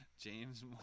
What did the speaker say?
James